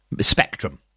spectrum